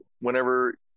whenever